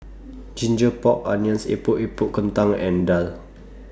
Ginger Pork Onions Epok Epok Kentang and Daal